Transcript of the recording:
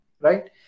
right